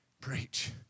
Preach